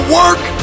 work